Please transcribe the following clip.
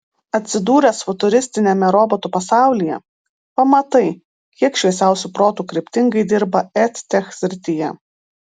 atsidūręs futuristiniame robotų pasaulyje pamatai kiek šviesiausių protų kryptingai dirba edtech srityje